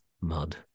mud